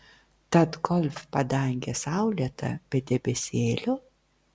tad golf padangė saulėta be debesėlio